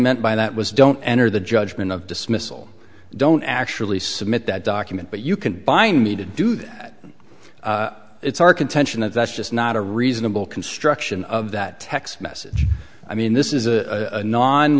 meant by that was don't enter the judgment of dismissal don't actually submit that document but you can bind me to do that it's our contention that that's just not a reasonable construction of that text message i mean this is a non